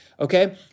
okay